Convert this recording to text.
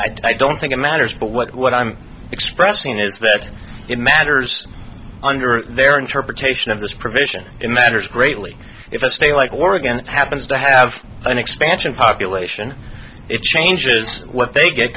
are i don't think it matters but what i'm expressing is that in matters under their interpretation of this provision in matters greatly if a state like oregon happens to have an expansion population it changes what they get